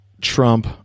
Trump